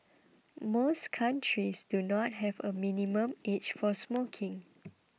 most countries do not have a minimum age for smoking